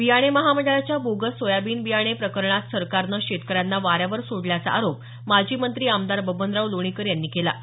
बियाणे महामंडळाच्या bogus soybean बियाणे प्रकरणात सरकारने शेतकऱ्यांना वाऱ्यावर सोडल्याचा आरोप माजी मंत्री आमदार बबनराव लोणीकर यांनी केला आहे